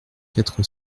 quatre